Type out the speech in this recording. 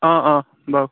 অঁ অঁ বাৰু